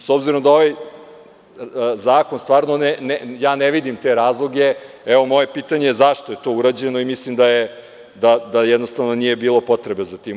S obzirom da ovaj zakon, stvarno ja ne vidim te razloge, moje pitanje je zašto je to urađeno i mislim da jednostavno nije bilo potrebe za tim?